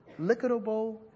liquidable